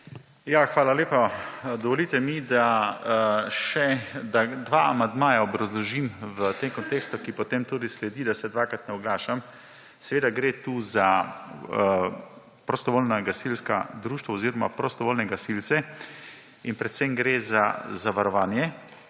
Hvala lepa. Dovolite mi, da dva amandmaja obrazložim v tem kontekstu, ki potem tudi sledi, da se dvakrat ne oglašam. Seveda gre tukaj za prostovoljna gasilska društva oziroma prostovoljne gasilce in predvsem gre za zavarovanje.